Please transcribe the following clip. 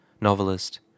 novelist